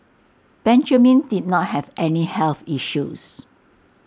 Benjamin did not have any health issues